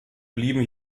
bleiben